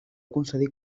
concedir